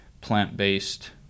plant-based